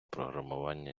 програмування